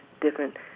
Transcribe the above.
different